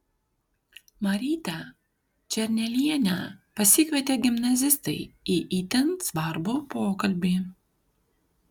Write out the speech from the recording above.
marytę černelienę pasikvietė gimnazistai į itin svarbų pokalbį